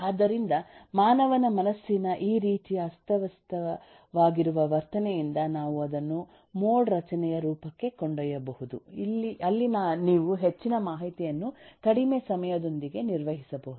ಆದ್ದರಿಂದ ಮಾನವನ ಮನಸ್ಸಿನ ಈ ರೀತಿಯ ಅಸ್ತವ್ಯಸ್ತವಾಗಿರುವ ವರ್ತನೆಯಿಂದ ನಾವು ಅದನ್ನು ಮೋಡ್ ರಚನೆಯ ರೂಪಕ್ಕೆ ಕೊಂಡೊಯ್ಯಬಹುದು ಅಲ್ಲಿ ನೀವು ಹೆಚ್ಚಿನ ಮಾಹಿತಿಯನ್ನು ಕಡಿಮೆ ಸಮಯದೊಂದಿಗೆ ನಿರ್ವಹಿಸಬಹುದು